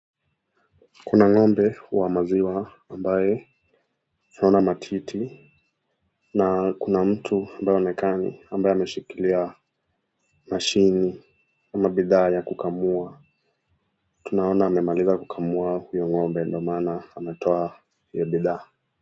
Kuna ngombe wa maziwa ambaye naona matiti na kuna mtu ambaye ameshikilia machine ama bidhaa ya kukamua tunaona amemaliza kukamua hiyo ngombe ndo maana ametoa hizo bidhaa.